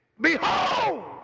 Behold